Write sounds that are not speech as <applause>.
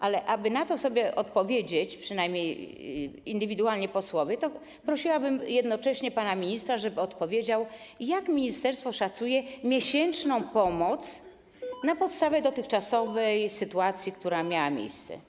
Ale aby na to sobie odpowiedzieć, przynajmniej indywidualnie, jeśli chodzi o posłów, to prosiłabym jednocześnie pana ministra, żeby odpowiedział, jak ministerstwo szacuje miesięczną pomoc <noise> na podstawie dotychczasowej sytuacji, która miała miejsce.